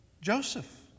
Joseph